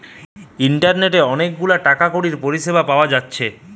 ইন্টারনেটে অনেক গুলা টাকা কড়ির পরিষেবা পাওয়া যাইতেছে